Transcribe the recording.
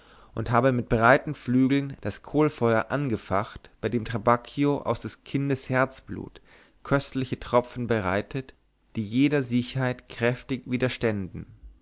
und habe mit breiten flügeln das kohlfeuer angefacht bei dem trabacchio aus des kindes herzblut köstliche tropfen bereitet die jeder siechheit kräftig widerständen